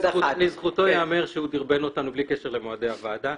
לזכותו יאמר שהוא דירבן אותנו בלי קשר למועדי הועדה.